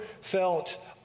felt